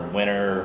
winter